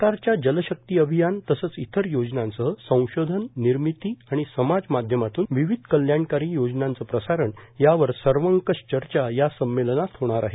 सरकारच्या जलशक्ती अभियान तसंच इतर योजनांसह संशोधन निर्मिती आणि समाज माध्यमातून विविध कल्याणकारी योजनांचं प्रसारण यावर सर्वकष चर्चा या संमेलनात होणार आहे